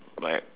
like